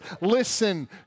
Listen